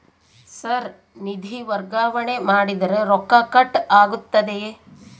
Sir ನಿಧಿ ವರ್ಗಾವಣೆ ಮಾಡಿದರೆ ರೊಕ್ಕ ಕಟ್ ಆಗುತ್ತದೆಯೆ?